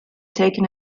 taken